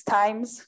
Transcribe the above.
times